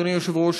אדוני היושב-ראש,